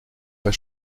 pas